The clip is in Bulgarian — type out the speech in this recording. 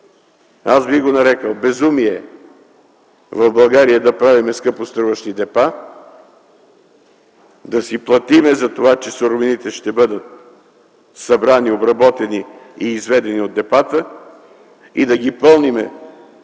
Аз бих го нарекъл: безумие е в България да правим скъпоструващи депа, да си платим за това, че суровините ще бъдат събрани, обработени и изведени от депата и да ги пълним